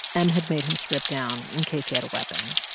m had made him strip down in case he had a weapon.